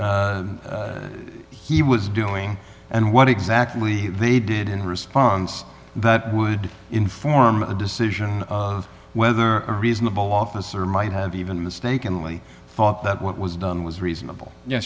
he was doing and what exactly they did in response that would inform the decision of whether a reasonable officer might have even mistakenly thought that what was done was reasonable ye